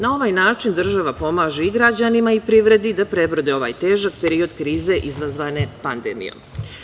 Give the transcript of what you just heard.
Na ovaj način država pomaže i građanima i privredi da prebrode ovaj težak period krize izazvane pandemijom.